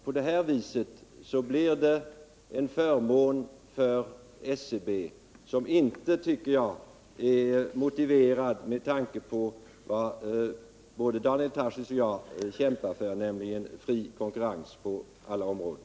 På det här viset får SCB en förmån som inte är motiverad, med tanke på vad både Daniel Tarschys och jag kämpar för, nämligen fri konkurrens på alla områden.